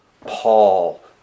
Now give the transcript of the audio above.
Paul